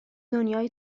دنیای